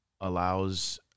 allows